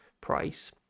price